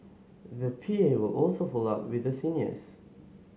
the P A will also follow up with the seniors